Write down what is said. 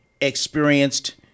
experienced